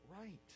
right